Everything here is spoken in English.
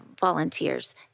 volunteers